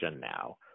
now